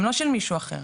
הם לא של מישהו אחר,